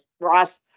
Ross